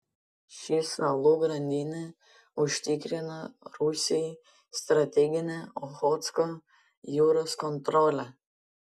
ši salų grandinė užtikrina rusijai strateginę ochotsko jūros kontrolę